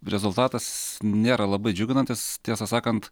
rezultatas nėra labai džiuginantis tiesą sakant